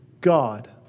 God